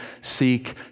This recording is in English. seek